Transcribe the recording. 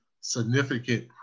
significant